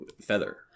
Feather